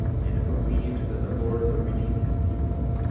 and believed that the lord would redeem his people,